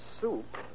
soup